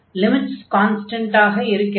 limits கான்ஸ்டன்டாக இருக்கிறது